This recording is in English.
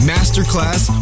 Masterclass